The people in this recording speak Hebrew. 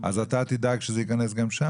אז אתה תדאג שזה ייכנס גם שם?